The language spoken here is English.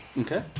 Okay